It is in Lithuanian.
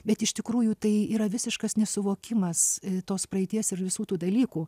bet iš tikrųjų tai yra visiškas nesuvokimas tos praeities ir visų tų dalykų